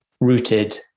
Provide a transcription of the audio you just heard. rooted